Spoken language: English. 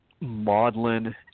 maudlin